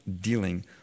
dealing